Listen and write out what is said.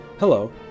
Hello